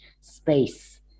space